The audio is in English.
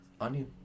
Onion